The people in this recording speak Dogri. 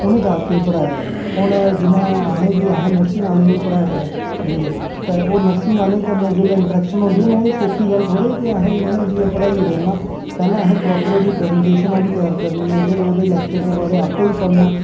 उ'नें जागतें गी पढ़ाया ऐ हून असें जि'यां असें नर्सिंग आह्लें गी बी पढ़ाए दा ऐ ते ओह् नर्सिंग आह्लें कन्नै जेल्लै इंटरेक्शन होंदी ते ओह् सौखी गल्ल थोह्ड़े कीअसें इं'या जाइयै पढ़ाई ओड़ेआ ना पैह्लें ओह्दी असें प्रॉपर प्रजेंटेशनां बी त्यार करनियां ते फिर ओह्दे लेक्चर दे बारै ई आपें बी पढ़ना